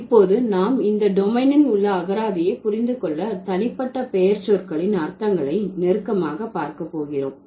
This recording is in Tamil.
இப்போது நாம் இந்த டொமைனில் உள்ள அகராதியை புரிந்து கொள்ள தனிப்பட்ட பெயர்ச்சொற்களின் அர்த்தங்களை நெருக்கமாக பார்க்க போகிறோம்